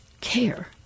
care